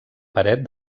paret